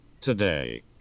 today